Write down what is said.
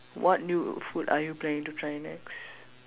what new food are you planning to try next